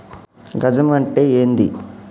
గజం అంటే ఏంది?